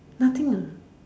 nothing uh